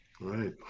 Right